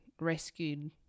rescued